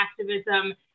activism